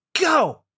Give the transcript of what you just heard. Go